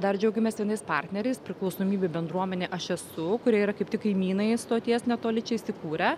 dar džiaugiamės vienais partneriais priklausomybių bendruomenė aš esu kurie yra kaip tik kaimynai stoties netoli čia įsikūrę